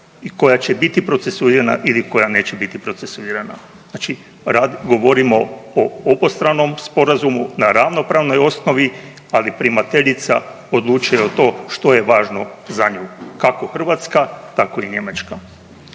koja će biti procesuirana ili koja neće biti procesuirana. Znači govorimo o obostranom sporazumu na ravnopravnoj osnovi, ali primateljica odlučuje o tome što je važno za nju kako Hrvatska, tako i Njemačka.